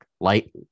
light